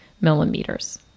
millimeters